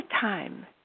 time